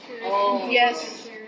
Yes